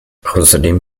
außerdem